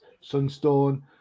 Sunstone